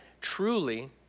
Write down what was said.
truly